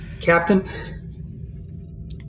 Captain